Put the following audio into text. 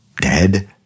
Dead